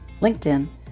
LinkedIn